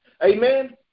Amen